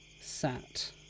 sat